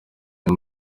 uyu